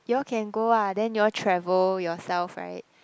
you all can go ah then you all travel yourself right